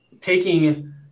taking